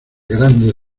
grande